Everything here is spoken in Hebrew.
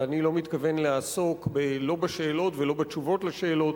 ואני לא מתכוון לעסוק לא בשאלות ולא בתשובות על השאלות,